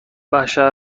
بشر